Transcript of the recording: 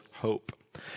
hope